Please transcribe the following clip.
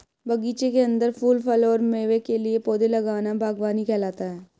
बगीचे के अंदर फूल, फल और मेवे के लिए पौधे लगाना बगवानी कहलाता है